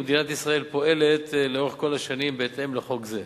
ומדינת ישראל פועלת לאורך כל השנים בהתאם לחוק זה.